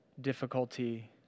difficulty